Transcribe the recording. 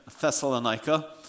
Thessalonica